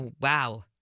Wow